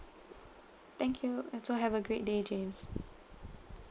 thank you and do have a great day james